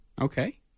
Okay